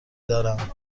دارم